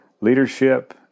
Leadership